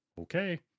Okay